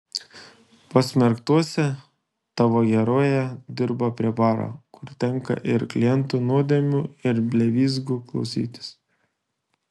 pasmerktuose tavo herojė dirba prie baro kur tenka ir klientų nuodėmių ir blevyzgų klausytis